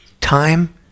time